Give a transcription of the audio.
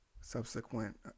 subsequent